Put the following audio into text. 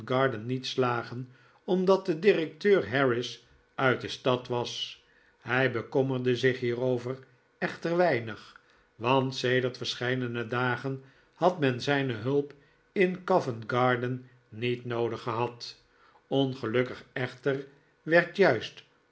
covent-garden niet slagen omdat de directeur harris uit de stad was hij bekommerde zich hierover echter weinig want sedert verscheidene dagen had men zijne hulp in covent-garden niet noodig gehad ongelukkig echter werd juist